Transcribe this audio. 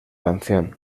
canción